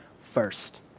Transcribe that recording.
first